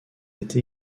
été